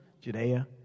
Judea